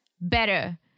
better